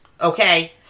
okay